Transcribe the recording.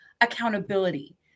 accountability